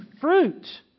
fruit